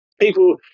people